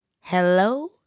Hello